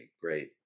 Great